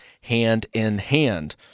hand-in-hand